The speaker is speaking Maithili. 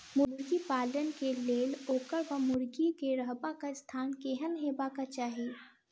मुर्गी पालन केँ लेल ओकर वा मुर्गी केँ रहबाक स्थान केहन हेबाक चाहि?